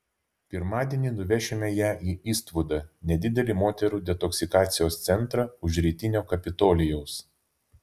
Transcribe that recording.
pirmadienį nuvešime ją į istvudą nedidelį moterų detoksikacijos centrą už rytinio kapitolijaus